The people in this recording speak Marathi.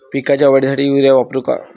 पिकाच्या वाढीसाठी युरिया वापरू का?